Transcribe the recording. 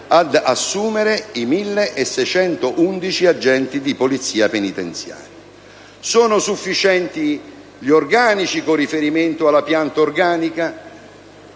ad assumere i 1.611 agenti di Polizia penitenziaria. Sono sufficienti gli organici con riferimento alla pianta organica?